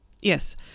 yes